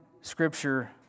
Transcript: Scripture